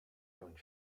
going